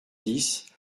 dix